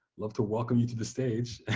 love to welcome you to the stage.